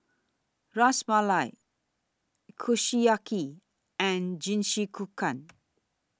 Ras Malai Kushiyaki and